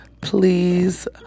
please